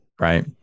Right